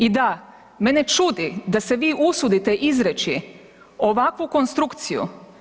I da mene čudi da se vi usudite izreći ovakvu konstrukciju.